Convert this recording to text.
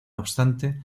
obstante